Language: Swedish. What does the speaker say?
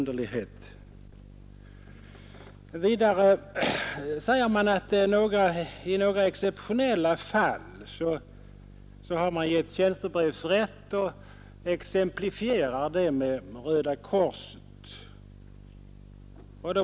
Vidare anför utskottet att man har givit tjänstebrevsrätt i några exceptionella fall och exemplifierar det med Röda korset.